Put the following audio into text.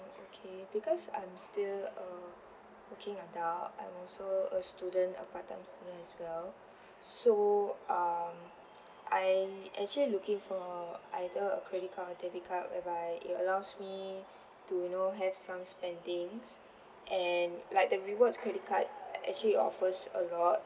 okay because I'm still a working adult I'm also a student a part time student as well so um I actually looking for either a credit card or debit card whereby it allows me to you know have some spendings and like the rewards credit card actually it offers a lot